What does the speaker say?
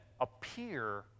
appear